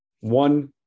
one